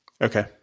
Okay